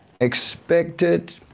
Expected